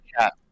chat